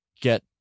get